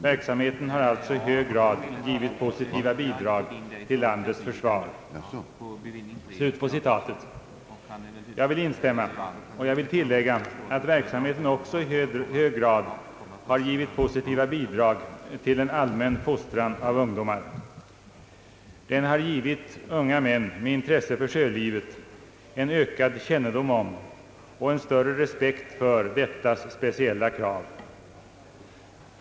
Verksamheten har alltså i hög grad givit positiva bidrag till landets försvar.» Jag vill instämma och tillägga att verksamheten också i hög grad givit positiva bidrag till en allmän fostran av ungdomar. Den har givit unga män med intresse för sjölivet en ökad kännedom om och större respekt för dettas speciella krav.